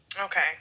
Okay